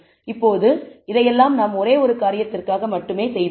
இப்போது இதையெல்லாம் நாம் ஒரே ஒரு காரியத்திற்காக மட்டுமே செய்துள்ளோம்